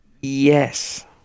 Yes